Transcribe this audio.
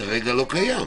כרגע לא קיים.